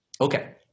Okay